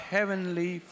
Heavenly